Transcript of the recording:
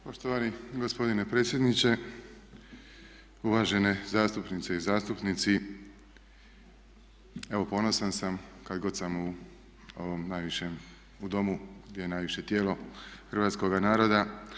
Poštovani gospodine predsjedniče, uvažene zastupnice i zastupnici evo ponosan sam kad god sam u ovom najvišem, u domu gdje je najviše tijelo hrvatskoga naroda.